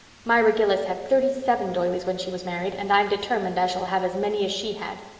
myra gillis had thirty-seven doilies when she was married and i'm determined i shall have as many as she had.